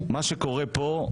מה שקורה פה,